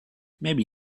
maybe